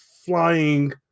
flying